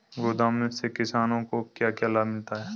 गोदाम से किसानों को क्या क्या लाभ मिलता है?